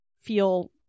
feel